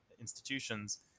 institutions